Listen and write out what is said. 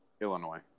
Illinois